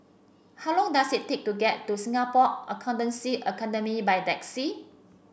how long does it take to get to Singapore Accountancy Academy by taxi